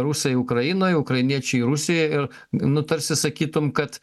rusai ukrainoj ukrainiečiai rusijoj ir nu tarsi sakytum kad